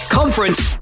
conference